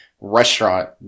restaurant